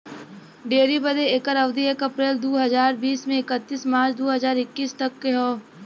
dairy बदे एकर अवधी एक अप्रैल दू हज़ार बीस से इकतीस मार्च दू हज़ार इक्कीस तक क हौ